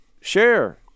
share